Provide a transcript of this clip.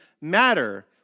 matter